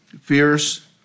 fierce